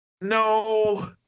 No